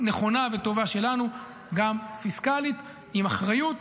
נכונה וטובה שלנו, גם פיסקלית, עם אחריות.